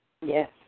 Yes